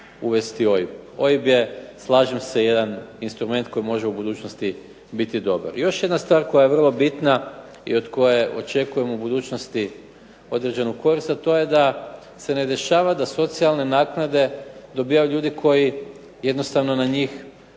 uvesti OIB. OIB je, slažem se, jedan instrument koji može u budućnosti biti dobar. I još jedna stvar koja je vrlo bitna i od koje očekujem u budućnosti određenu korist, a to je da se ne dešava da socijalne naknade dobivaju ljudi koji jednostavno na njih